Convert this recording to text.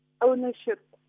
ownership